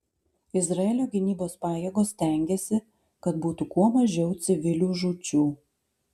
izraelio gynybos pajėgos stengiasi kad būtų kuo mažiau civilių žūčių